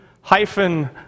hyphen